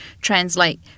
translate